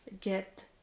get